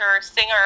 singer